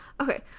Okay